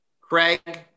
Craig